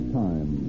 time